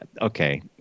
okay